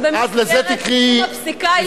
זה במסגרת תחום הפסיקה ההלכתי.